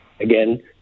Again